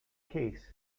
case